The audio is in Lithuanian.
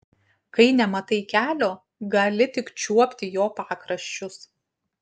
kai nematai kelio gali tik čiuopti jo pakraščius